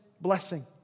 blessing